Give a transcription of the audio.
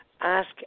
ask